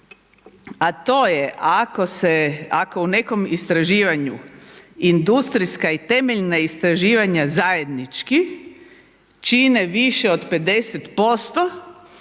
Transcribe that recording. a to je ako u nekom istraživanju industrijska i temeljna istraživanja zajednički čine više od 50%,